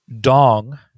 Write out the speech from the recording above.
Dong